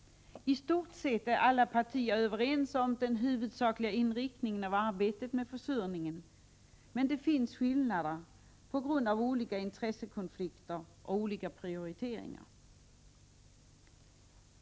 I stort sett är alla partier överens om den huvudsakliga inriktningen av arbetet med försurningen, men det finns skillnader på grund av olika intressekonflikter och olika prioriteringar.